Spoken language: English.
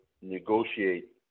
negotiate